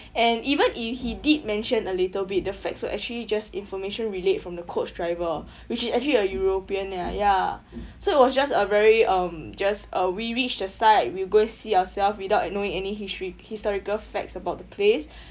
and even if he did mention a little bit the facts were actually just information relayed from the coach driver which is actually a european ya so it was just a very um just uh we reach the site we go and see ourselves without knowing any histori~ historical facts about the place